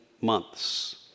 months